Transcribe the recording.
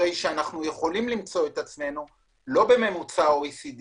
הרי שאנחנו יכולים למצוא את עצמנו לא בממוצע OECD